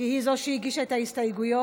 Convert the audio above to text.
היא זו שהגישה את ההסתייגויות.